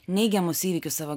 neigiamus įvykius savo